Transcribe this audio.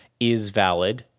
isValid